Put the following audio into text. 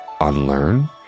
unlearn